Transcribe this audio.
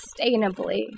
sustainably